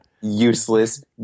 useless